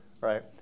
right